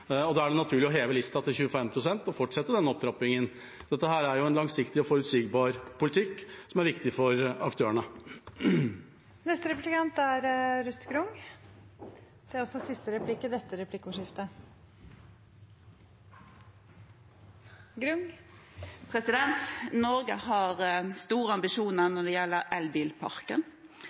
og da er det naturlig å heve lista til 25 pst. og fortsette den opptrappingen. Så dette er en langsiktig og forutsigbar politikk som er viktig for aktørene. Norge har store ambisjoner når det gjelder elbilparken, men samtidig ser vi at elbilsalget begynner å flate ut. Kanskje har